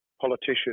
politician